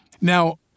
Now